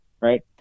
right